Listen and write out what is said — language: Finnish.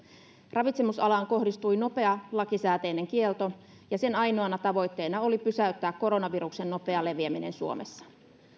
ravitsemusalaan kohdistui nopea lakisääteinen kielto ja sen ainoana tavoitteena oli pysäyttää koronaviruksen nopea leviäminen suomessa